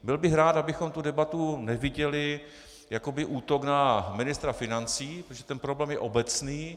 Byl bych rád, abychom tu debatu neviděli jako útok na ministra financí, protože ten problém je obecný.